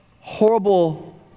horrible